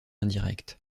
indirecte